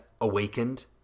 awakened